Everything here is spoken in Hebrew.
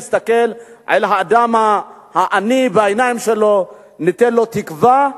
נסתכל אל האדם העני בעיניים שלו, ניתן לו תקווה.